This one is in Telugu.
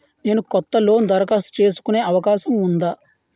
నేను కొత్త లోన్ దరఖాస్తు చేసుకునే అవకాశం ఉందా?